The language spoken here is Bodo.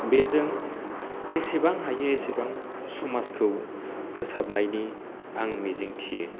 बेजों जेसेबां हायो एसेबां समाजखौ फोसाबनायनि आं मिजिंथियो